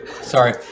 Sorry